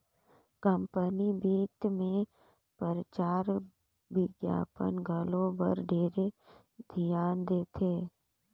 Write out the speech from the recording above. company बित मे परचार बिग्यापन घलो बर ढेरे धियान देथे